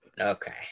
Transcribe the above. Okay